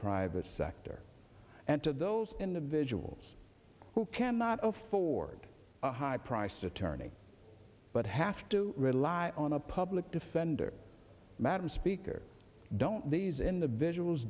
private sector and to those individuals who cannot afford a high priced attorney but have to rely on a public defender madam speaker don't these individuals